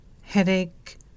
headache